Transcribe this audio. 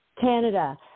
Canada